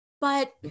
but-